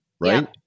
right